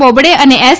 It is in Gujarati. બોબડે અને એસ